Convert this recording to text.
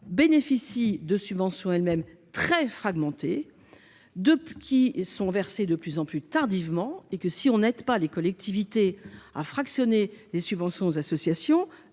bénéficient de dotations elles-mêmes très fragmentées et versées de plus en plus tardivement. Si l'on n'aide pas les collectivités à fractionner les subventions aux associations,